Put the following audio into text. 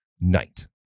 night